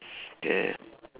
bad